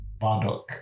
Bardock